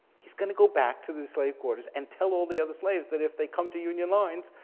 he's gonna go back to the slave quarters and tell all the other slaves that if they come to union lines,